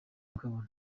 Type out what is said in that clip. kukabona